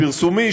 הפרסומי,